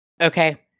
Okay